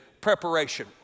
preparation